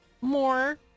more